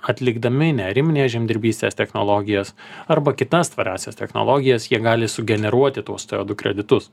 atlikdami neariminės žemdirbystės technologijas arba kitas tvariąsias technologijas jie gali sugeneruoti tuos c o du kreditus